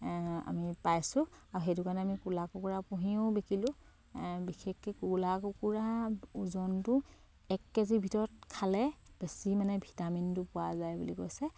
আমি পাইছোঁ আৰু সেইটো কাৰণে আমি কোলা কুকুৰা পুহিও বিকিলোঁ বিশেষকে কোলা কুকুৰা ওজনটো এক কেজিৰ ভিতৰত খালে বেছি মানে ভিটামিনটো পোৱা যায় বুলি কৈছে